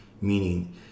Meaning